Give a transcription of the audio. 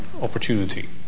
opportunity